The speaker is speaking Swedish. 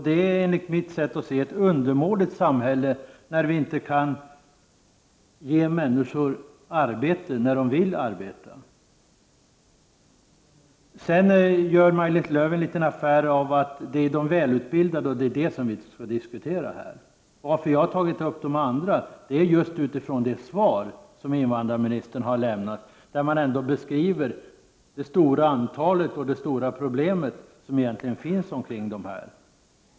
Det är enligt mitt sätt att se ett undermåligt samhälle som inte kan ge människor arbete när de vill arbeta. Maj-Lis Lööw gjorde en liten affär av att detta gäller de välutbildade och sade att vi inte skall diskutera dem här. Anledningen till att jag har tagit upp de andras situation är det svar som invandrarministern har lämnat och där hon beskriver det stora flertalet och de stora problem som finns omkring dem.